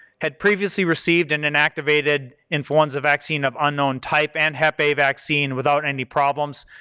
had previously received an inactivated influenza vaccine of unknown type and hepa vaccine without any problems.